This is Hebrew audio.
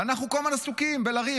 ואנחנו כל הזמן עסוקים בלריב.